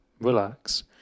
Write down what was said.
relax